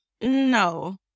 No